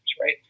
right